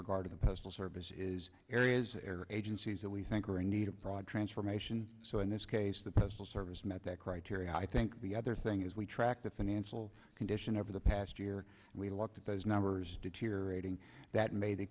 regard to the postal service is areas where agencies that we think are in need of broad transformation so in this case the postal service met that criteria i think the other thing is we track the financial condition over the past year we looked at those numbers deteriorating that made the